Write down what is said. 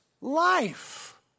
life